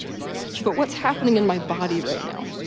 but what's happening in my body right now,